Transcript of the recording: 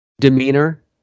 demeanor